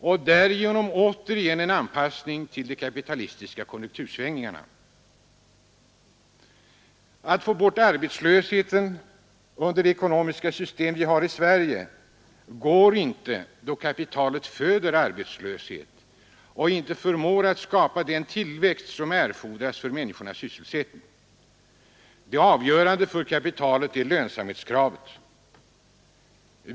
Därmed har man återigen anpassat sig till kapitalistiska konjunktursvängningar. Det går inte att få bort arbetslösheten under det ekonomiska system vi har i Sverige, eftersom kapitalet föder arbetslöshet och inte förmår skapa den tillväxt som erfordras för människornas sysselsättning. Det avgörande för kapitalet är lönsamheten.